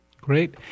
Great